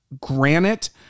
granite